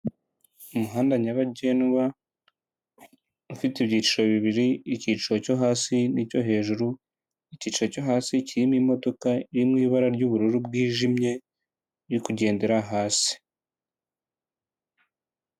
Umuhanda nyabagendwa ufite ibyiciro bibiri icyiciro cyo hasi n'icyo hejuru, icyiciro cyo hasi kirimo imodoka iri mu ibara ry'ubururu bwijimye iri kugendera hasi.